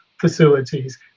facilities